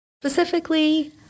Specifically